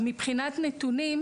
מבחינת נתונים,